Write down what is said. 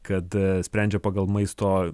kad sprendžia pagal maisto